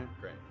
Great